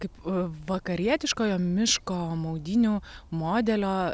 kaip vakarietiškojo miško maudynių modelio